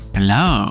Hello